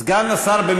סגן שר של מה?